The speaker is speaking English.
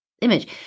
image